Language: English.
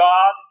God